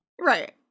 Right